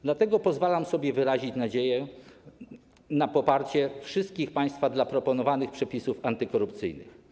Dlatego pozwalam sobie wyrazić nadzieję na poparcie przez wszystkich państwa proponowanych przepisów antykorupcyjnych.